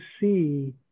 see